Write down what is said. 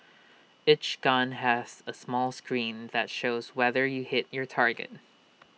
each gun has A small screen that shows whether you hit your target